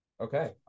Okay